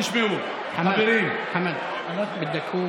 תשמעו, חברים, חמד,